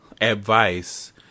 advice